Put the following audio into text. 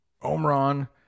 Omron